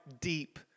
deep